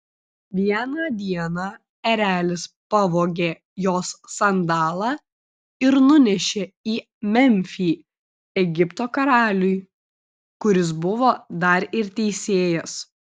vieną dieną erelis pavogė jos sandalą ir nunešė į memfį egipto karaliui kuris buvo dar ir teisėjas